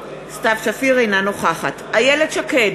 אינה נוכחת איילת שקד,